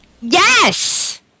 Yes